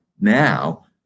now